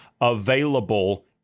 available